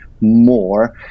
more